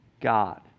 God